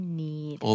need